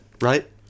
right